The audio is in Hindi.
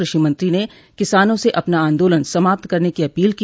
कृषि मंत्री न किसानों से अपना आंदोलन समाप्त करने की अपील की